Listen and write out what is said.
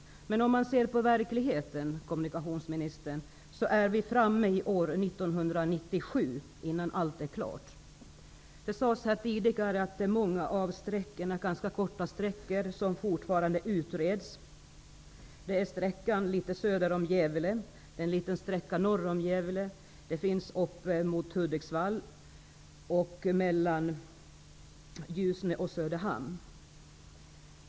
Men om man ser på verkligheten, kommunikationsministern, är vi framme vid år 1997 innan allt är klart. Det sades tidigare att många av sträckorna, ganska korta sträckor, fortfarande utreds. Det är sträckan litet söder om Gävle och det är en liten sträcka norr om Gävle. Det finns en sträcka upp mot Hudiksvall och en mellan Ljusne och Söderhamn.